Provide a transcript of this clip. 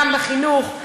גם בחינוך,